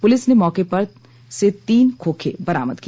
police ने मौके पर से तीन खोखे बरामद किया